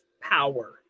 power